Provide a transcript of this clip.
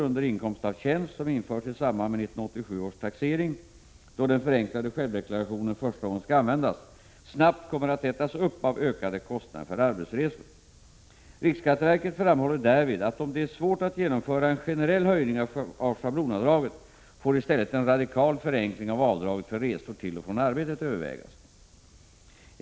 under inkomst av tjänst som införs i samband med 1987 års taxering, då den förenklade självdeklarationen första gången skall användas, snabbt kommer att ätas upp av ökade kostnader för arbetsresor. Riksskatteverket framhåller därvid att om det är svårt att genomföra en generell höjning av schablonavdraget får i stället en radikal förenkling av avdraget för resor till och från arbetet övervägas.